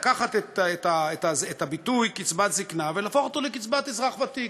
לקחת את הביטוי קצבת זיקנה ולהפוך אותו לקצבת אזרח ותיק,